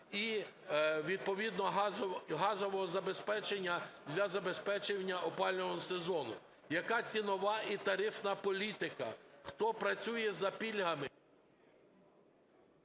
і відповідно газового забезпечення для забезпечення опалювального сезону. Яка цінова і тарифна політика, хто працює за пільгами…